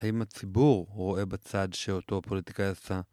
האם הציבור רואה בצעד שאותו הפוליטיקאי עשה?